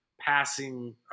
passing